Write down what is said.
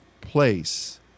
place